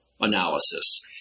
analysis